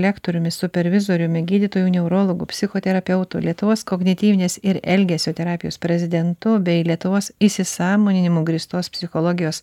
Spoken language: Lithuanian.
lektoriumi supervizoriumi gydytoju neurologu psichoterapeutu lietuvos kognityvinės ir elgesio terapijos prezidentu bei lietuvos įsisąmoninimu grįstos psichologijos